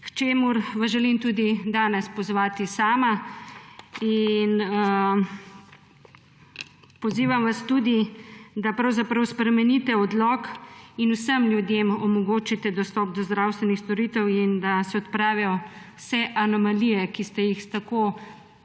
čemur vas želim tudi danes pozvati sama. Pozivam vas tudi, da pravzaprav spremenite odlok in vsem ljudem omogočite dostop do zdravstvenih storitev in da se odpravijo vse anomalije, ki ste jih tako